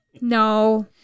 no